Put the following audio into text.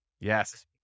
Yes